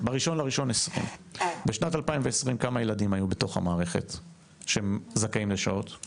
2022. בשנת 2020 כמה ילדים שזכאים לשעות היו בתוך המערכת?